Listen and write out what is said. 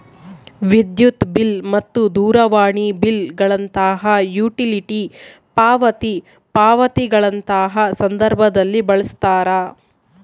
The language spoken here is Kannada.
ವಿದ್ಯುತ್ ಬಿಲ್ ಮತ್ತು ದೂರವಾಣಿ ಬಿಲ್ ಗಳಂತಹ ಯುಟಿಲಿಟಿ ಪಾವತಿ ಪಾವತಿಗಳಂತಹ ಸಂದರ್ಭದಲ್ಲಿ ಬಳಸ್ತಾರ